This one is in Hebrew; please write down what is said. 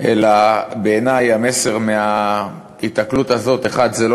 אלא בעיני המסר מההיתקלות הזאת זה לא